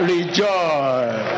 Rejoice